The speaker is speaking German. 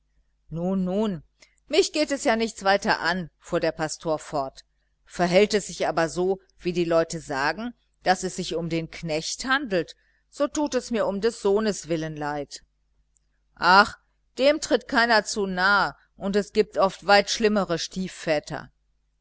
nun nun mich geht es ja nichts weiter an fuhr der pastor fort verhält es sich aber so wie die leute sagen daß es sich um den knecht handelt so tut es mir um des sohnes willen leid ach dem tritt keiner zu nahe und es gibt oft weit schlimmere stiefväter